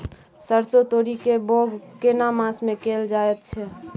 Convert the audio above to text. सरसो, तोरी के बौग केना मास में कैल जायत छै?